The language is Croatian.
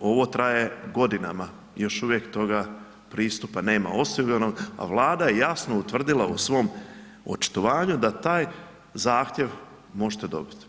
ovo traje godinama i još uvijek toga pristupa nema osiguranoga, a Vlada je jasno utvrdila u svom očitovanju da taj zahtjev možete dobiti.